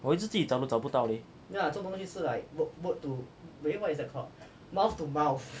我一直自己找都找不到嘞